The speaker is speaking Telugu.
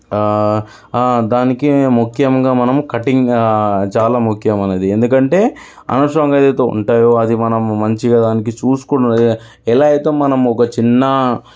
దానికి ముఖ్యంగా మనము కటింగ్ చాలా ముఖ్యమైనది ఎందుకంటే అనవసరంగా ఏదైతే ఉంటాయో అది మనము మంచిగా దానికి చూసుకుని ఎలా అయితే మనము ఒక చిన్న